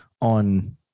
on